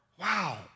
wow